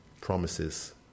promises